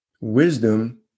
wisdom